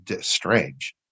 strange